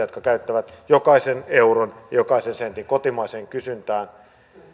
jotka käyttävät jokaisen euron ja jokaisen sentin kotimaiseen kysyntään